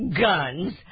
Guns